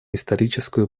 историческую